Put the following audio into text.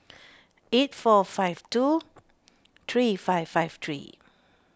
eight four five two three five five three